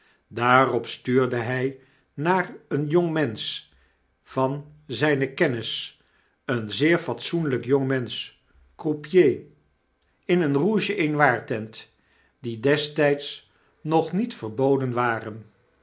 daarop stuurde hy naar een jongmenscn van zyne kennis een zeer fatsoenlijk jongmensch croupier in eene r o u g e-e t n o i r-tent die destyds nog niet verboden waren